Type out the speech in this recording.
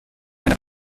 eine